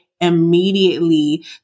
immediately